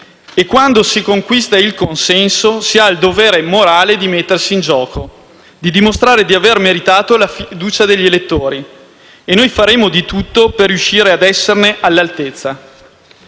E quando si conquista il consenso si ha il dovere morale di mettersi in gioco, di dimostrare di aver meritato la fiducia degli elettori e noi faremo di tutto per riuscire a esserne all'altezza.